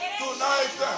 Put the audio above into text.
tonight